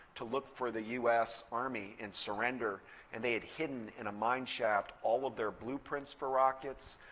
to look for the us army and surrender and they had hidden in a mineshaft all of their blueprints for rockets,